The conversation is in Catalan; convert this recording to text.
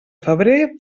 febrer